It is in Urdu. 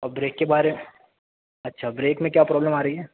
اور بریک کے بارے اچھا بریک میں کیا پرابلم آ رہی ہے